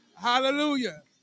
Hallelujah